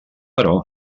però